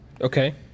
Okay